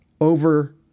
over